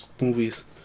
movies